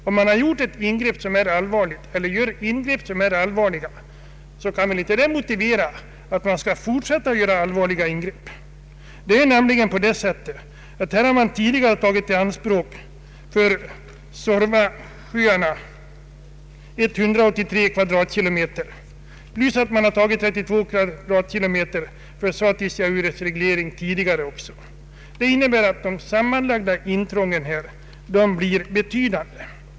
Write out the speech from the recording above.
Om man har gjort eller gör allvarliga ingrepp, så kan väl inte det motivera att man fortsätter att göra nya ingrepp. Här har man nämligen tidigare tagit i anspråk för Suorvasjöarna 183 km? plus att man redan tidigare tagit 32 km? för Satisjaures reglering. Det innebär att de sammanlagda intrången blir betydande.